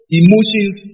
emotions